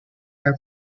are